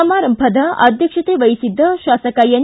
ಸಮಾರಂಭದ ಅಧ್ಯಕ್ಷತೆ ವಹಿಸಿದ್ದ ಶಾಸಕ ಎನ್